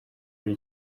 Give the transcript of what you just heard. kuri